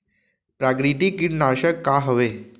प्राकृतिक कीटनाशक का हवे?